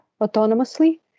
autonomously